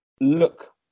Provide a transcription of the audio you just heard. look